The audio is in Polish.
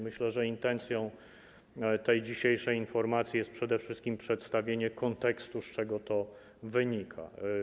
Myślę, że intencją tej dzisiejszej informacji jest przede wszystkim przedstawienie kontekstu, z czego to wynika.